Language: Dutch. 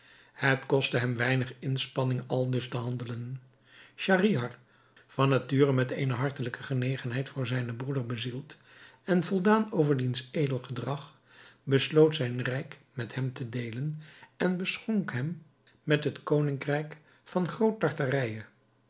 het kostte hem weinig inspanning aldus te handelen schahriar van nature met eene hartelijke genegenheid voor zijnen broeder bezield en voldaan over diens edel gedrag besloot zijn rijk met hem te deelen en beschonk hem met het koningrijk van